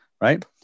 Right